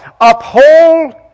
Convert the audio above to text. uphold